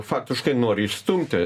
faktiškai nori išstumti